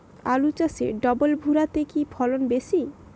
আলু চাষে ডবল ভুরা তে কি ফলন বেশি?